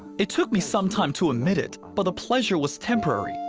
it took me some time to admit it, but the pleasure was temporary.